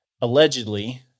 Allegedly